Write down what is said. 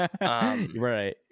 Right